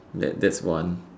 that that's one